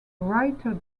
writer